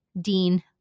dean